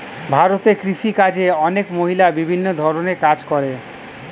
ভারতে কৃষিকাজে অনেক মহিলা বিভিন্ন ধরণের কাজ করে